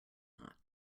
not